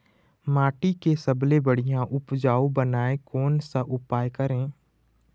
माटी के सबसे बढ़िया उपजाऊ बनाए कोन सा उपाय करें?